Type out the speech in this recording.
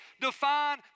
define